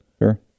Sure